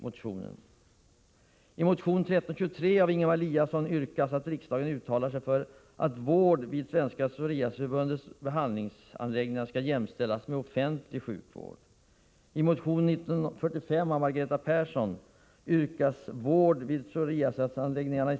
Med det sagda avstyrks motionen.